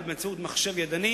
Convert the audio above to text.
אבל באמצעות מחשב ידני